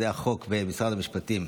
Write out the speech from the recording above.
זה החוק במשרד המשפטים.